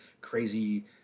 crazy